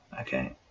Okay